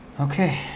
Okay